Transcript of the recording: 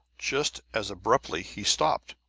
just as abruptly he stopped,